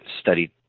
studied